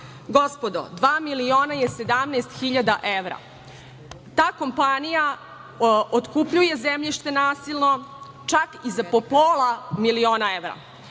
Gospodo, dva miliona je 17 hiljada evra, ta kompanija otkupljuje zemljišta nasilno, čak i za po pola milina evra.